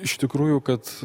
iš tikrųjų kad